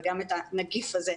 וגם את הנגיף הזה,